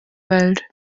welt